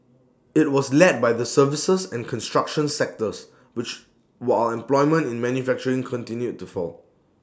IT was led by the services and construction sectors while employment in manufacturing continued to fall